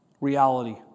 reality